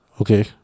okay